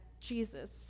Jesus